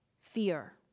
fear